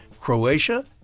Croatia